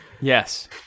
yes